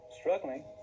Struggling